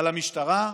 על המשטרה,